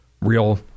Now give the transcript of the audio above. real